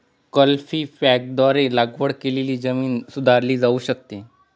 कल्टीपॅकरद्वारे लागवड केलेली जमीन देखील सुधारली जाऊ शकते